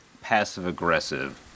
passive-aggressive